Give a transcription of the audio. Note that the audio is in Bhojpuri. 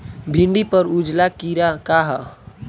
भिंडी पर उजला कीड़ा का है?